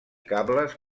cables